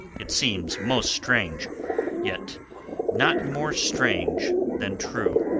it seems most strange yet not more strange than true.